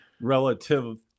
relative